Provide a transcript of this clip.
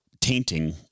tainting